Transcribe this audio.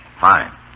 Fine